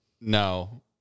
No